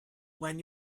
when